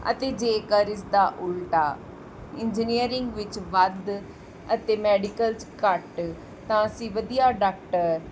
ਅਤੇ ਜੇਕਰ ਇਸ ਦਾ ਉਲਟਾ ਇੰਜੀਨੀਅਰਿੰਗ ਵਿੱਚ ਵੱਧ ਅਤੇ ਮੈਡੀਕਲ 'ਚ ਘੱਟ ਤਾਂ ਅਸੀਂ ਵਧੀਆ ਡਾਕਟਰ